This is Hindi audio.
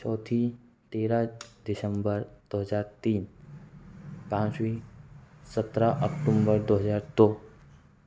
चौथी तेरह दिसंबर दो हजार तीन पाँचवीं सत्रह अक्टूबर दो हजार दो